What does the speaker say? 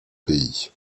pays